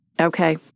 Okay